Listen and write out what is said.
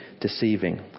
deceiving